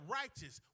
righteous